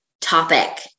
topic